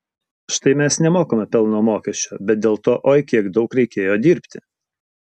štai mes nemokame pelno mokesčio bet dėl to oi kiek daug reikėjo dirbti